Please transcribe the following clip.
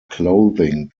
clothing